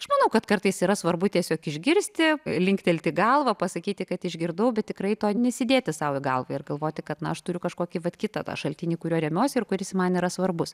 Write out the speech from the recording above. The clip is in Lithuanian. aš manau kad kartais yra svarbu tiesiog išgirsti linktelti galvą pasakyti kad išgirdau bet tikrai to nesidėti sau į galvą ir galvoti kad na aš turiu kažkokį vat kitą šaltinį kuriuo remiuosi ir kuris man yra svarbus